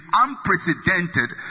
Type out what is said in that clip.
unprecedented